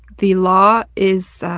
the law is, ah,